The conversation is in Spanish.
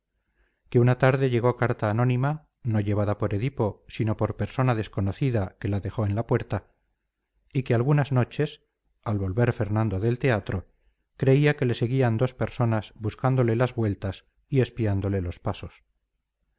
que una tarde llegó carta anónima no llevada por edipo sino por persona desconocida que la dejó en la puerta y que algunas noches al volver fernando del teatro creía que le seguían dos personas buscándole las vueltas y espiándole los pasos